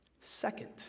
Second